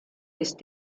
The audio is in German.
ist